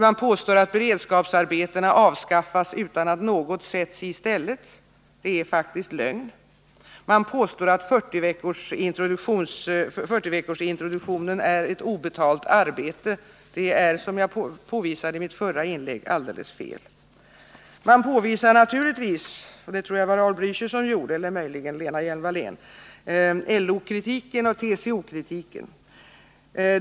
Man påstår att beredskapsarbetena avskaffas utan att något sätts i stället. Det är faktiskt lögn. Man påstår att 40-veckorsintroduktionen är ett obetalt arbete. Det är, som jag påvisade i mitt förra inlägg, alldeles fel. Man pekar naturligtvis — jag tror att det var Raul Blächer, men möjligen var det Lena Hjelm-Wallén — på LO-kritiken och TCO-kritiken.